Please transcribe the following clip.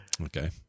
Okay